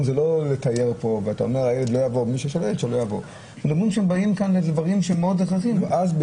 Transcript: לא לטייל ולא --- הם באים לדברים מאוד חשובים ואז,